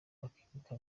bakibuka